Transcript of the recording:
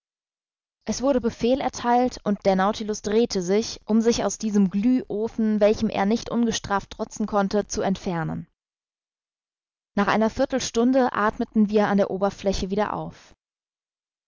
es wurde befehl ertheilt und der nautilus drehte sich um sich aus diesem glühofen welchem er nicht ungestraft trotzen konnte zu entfernen nach einer viertelstunde athmeten wir an der oberfläche wieder auf